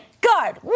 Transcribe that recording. guard